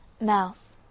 Mouse